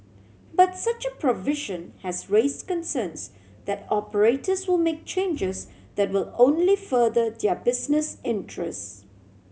but such a provision has raise concerns that operators will make changes that will only further their business interest